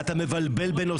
אתה מבלבל בין נושאים.